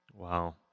Wow